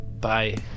Bye